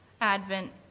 Advent